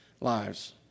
lives